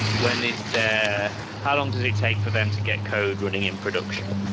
when is there how long does it take for them to get code running in production?